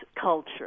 culture